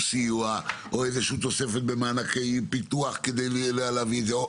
סיוע או איזושהי תוספת במענק פיתוח כדי לעשות את זה.